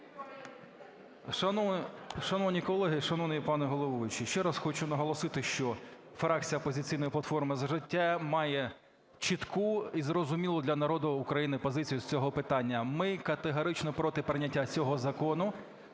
Шановні колеги, шановний пане головуючий, ще раз хочу наголосити, що фракція "Опозиційної платформи – За життя" має чітку і зрозумілу для народу України позицію з цього питання. Ми категорично проти прийняття цього закону